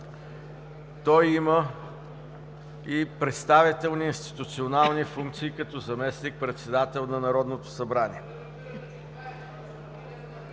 той има и представителни, и институционални функции като заместник-председател на Народното събрание.